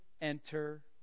enter